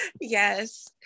Yes